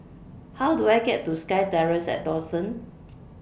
How Do I get to SkyTerrace At Dawson